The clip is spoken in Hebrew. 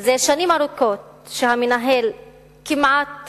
זה שנים ארוכות שהמנהל כמעט